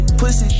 pussy